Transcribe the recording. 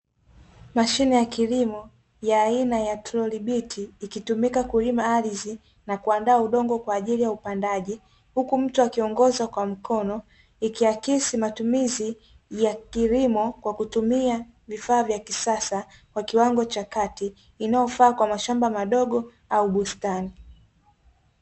Mashine ya kilimo ya aina ya trolibiti, ikitumika kulima ardhi na kuandaa udongo kwaajili ya upandaji, huku mtu akiongozwa kwa mkono ikiakisi matumizi ya kilimo kwa kutumia vifaa vya kisasa kwa kiwango cha kati, inayofaa kwa mashamba madogo au bustani.